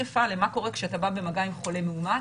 תקפה למה קורה כשאתה בא במגע עם חולה מאומת,